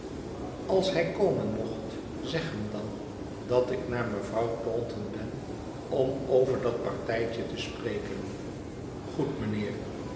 als hij komen mocht zeg hem dan dat ik naar mevrouw taunton ben om over dat partijtje te spreken goed mijnheer